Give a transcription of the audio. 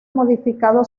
modificado